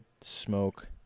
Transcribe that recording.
smoke